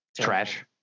trash